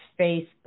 Facebook